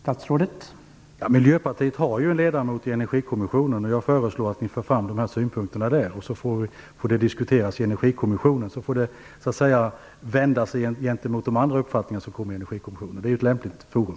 Herr talman! Miljöpartiet har ju en ledamot i Energikommissionen. Jag föreslår att ni för fram de här synpunkterna där, så att de så att säga får vändas gentemot de andra uppfattningar som kommer fram i kommissionen. Det är ett lämpligt forum.